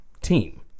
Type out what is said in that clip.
team